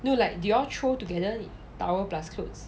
no like did you all throw together towel plus clothes